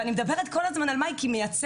אני מדברת כל הזמן על מאי כי היא מייצגת